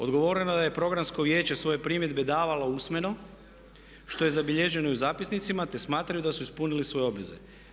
Odgovoreno je da je programsko vijeće svoje primjedbe davalo usmeno što je zabilježeno i u zapisnicima te smatraju da su ispunili svoje obveze.